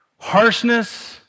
Harshness